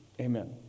Amen